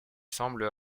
semble